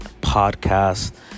podcast